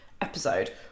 episode